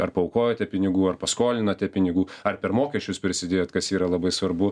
ar paaukojote pinigų ar paskolinote pinigų ar per mokesčius prisidėjot kas yra labai svarbu